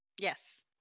Yes